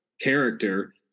character